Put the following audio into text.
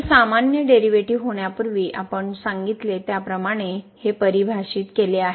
हे सामान्य डेरिव्हेटिव्ह होण्यापूर्वी आपण सांगितले त्याप्रमाणे हे परिभाषित केले आहे